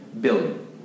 Billion